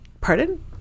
pardon